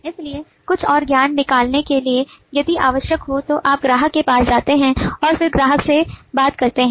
इसलिए कुछ और ज्ञान निकालने के लिए यदि आवश्यक हो तो आप ग्राहक के पास जाते हैं और फिर से ग्राहक से बात करते हैं